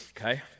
Okay